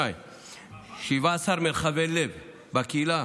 2. יש 17 מרחבי לב בקהילה